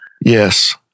Yes